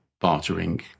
bartering